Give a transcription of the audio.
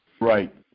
Right